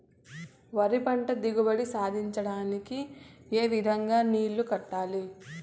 వరి పంట దిగుబడి సాధించడానికి, ఏ విధంగా నీళ్లు కట్టాలి?